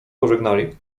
pożegnali